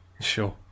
Sure